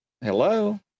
Hello